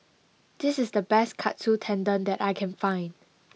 this is the best Katsu Tendon that I can find